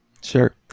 Sure